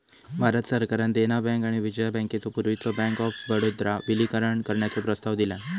भारत सरकारान देना बँक आणि विजया बँकेचो पूर्वीच्यो बँक ऑफ बडोदात विलीनीकरण करण्याचो प्रस्ताव दिलान